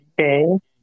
Okay